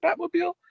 batmobile